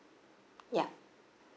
ya